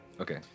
Okay